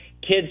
Kids